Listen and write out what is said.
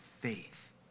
faith